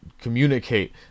communicate